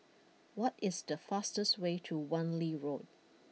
what is the fastest way to Wan Lee Road